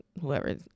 whoever